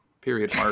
period